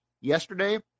yesterday